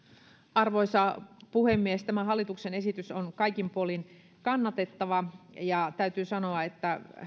arvoisa puhemies tämä hallituksen esitys on kaikin puolin kannatettava ja täytyy sanoa että